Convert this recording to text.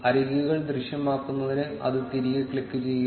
അരികുകൾ ദൃശ്യമാകുന്നതിന് അത് തിരികെ ക്ലിക്കുചെയ്യുക